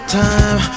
time